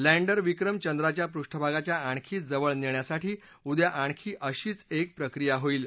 lander Vikram चंद्राच्या पृष्ठभागाच्या आणखी जवळ नेण्यासाठी उद्या आणखी अशीच एक प्रक्रिया होईल